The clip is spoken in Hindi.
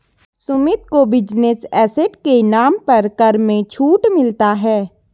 सुमित को बिजनेस एसेट के नाम पर कर में छूट मिलता है